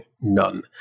none